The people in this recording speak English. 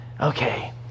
okay